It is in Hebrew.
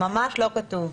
ממש לא כתוב.